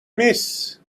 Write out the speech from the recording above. miss